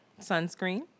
sunscreen